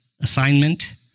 assignment